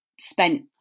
spent